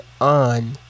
on